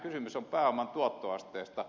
kysymys on pääoman tuottoasteesta